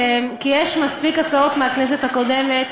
כי יש מספיק הצעות מהכנסת הקודמת,